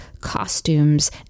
costumes